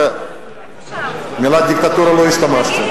במלה "דיקטטורה" לא השתמשתי,